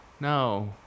no